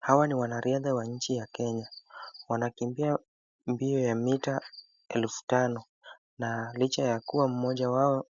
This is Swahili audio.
Hawa ni wanariadha wa nchi ya Kenya, wanakimbia mbio ya mita elfu tano na licha ya kuwa mmoja wao